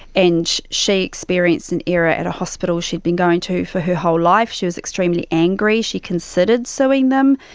and she experienced an error at a hospital she had been going to for her whole life. she was extremely angry, she considered suing them.